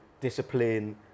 discipline